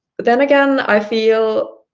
but then again i feel